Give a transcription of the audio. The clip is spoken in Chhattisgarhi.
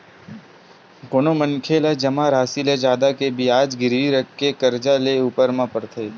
कोनो मनखे ला जमा रासि ले जादा के बियाज गिरवी रखके करजा लेय ऊपर म पड़थे